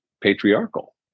patriarchal